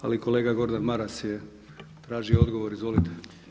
Ali kolega Gordan Maras traži odgovor, izvolite.